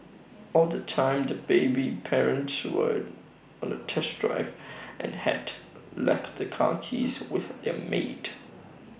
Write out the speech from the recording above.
all the time the baby's parents were on A test drive and had left the car keys with their maid